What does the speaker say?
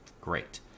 Great